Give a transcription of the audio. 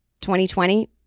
2020